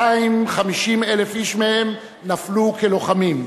250,000 איש מהם נפלו כלוחמים.